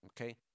Okay